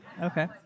Okay